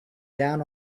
down